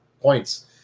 points